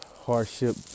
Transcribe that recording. hardship